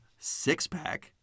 Sixpack